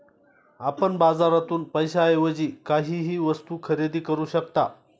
आपण बाजारातून पैशाएवजी काहीही वस्तु खरेदी करू शकता